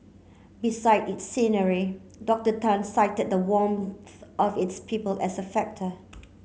besides its scenery Dr Tan cited the warmth of its people as a factor